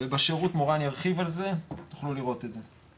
ובשירות מורן ירחיב על זה, תוכלו לראות את זה.